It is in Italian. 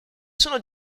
sono